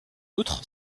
outre